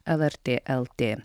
lrt lt